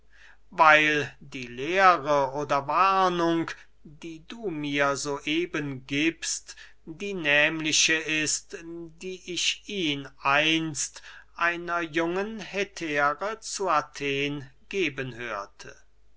weil die lehre oder warnung die du mir so eben giebst die nehmliche ist die ich ihn einst einer jungen hetäre zu athen geben hörte